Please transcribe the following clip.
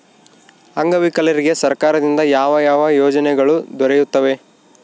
ಅಂಗವಿಕಲರಿಗೆ ಸರ್ಕಾರದಿಂದ ಯಾವ ಯಾವ ಯೋಜನೆಗಳು ದೊರೆಯುತ್ತವೆ?